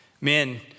Men